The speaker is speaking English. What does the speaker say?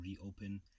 reopen